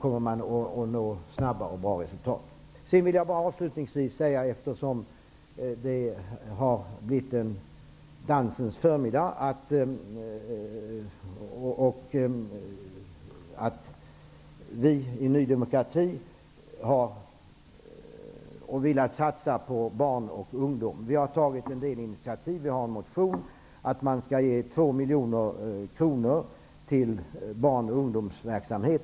Eftersom det har varit en förmiddag i dansens tecken vill jag avslutningsvis säga att vi i Ny demokrati velat satsa på barn och ungdom. Vi har tagit en del initiativ. Vi föreslår i en motion att man skall ge två miljoner kronor till barn och ungdomsverksamhet.